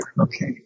Okay